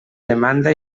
demanda